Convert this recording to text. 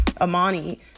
Amani